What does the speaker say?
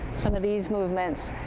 some of these movements.